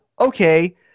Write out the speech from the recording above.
Okay